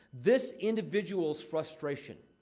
this individual's frustration.